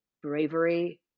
bravery